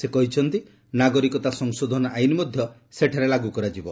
ସେ କହିଛନ୍ତି ନାଗରିକତା ସଂଶୋଧନ ଆଇନ୍ ମଧ୍ୟ ଏଠାରେ ଲାଗୁ କରାଯିବ